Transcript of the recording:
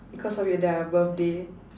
because of your their birthday